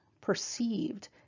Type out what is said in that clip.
perceived